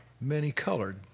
Many-colored